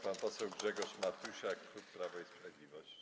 Pan poseł Grzegorz Matusiak, klub Prawo i Sprawiedliwość.